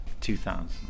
2000